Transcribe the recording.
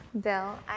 Bill